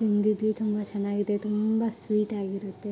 ತಿಂದಿದೀವಿ ತುಂಬ ಚೆನ್ನಾಗಿದೆ ತುಂಬ ಸ್ವೀಟಾಗಿರುತ್ತೆ